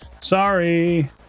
sorry